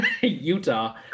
Utah